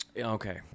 Okay